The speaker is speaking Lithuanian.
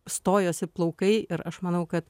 stojosi plaukai ir aš manau kad